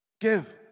Give